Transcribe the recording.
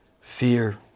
fear